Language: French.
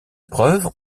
preuves